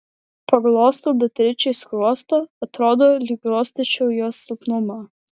paglostau beatričei skruostą atrodo lyg glostyčiau jos silpnumą